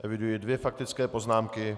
Eviduji dvě faktické poznámky.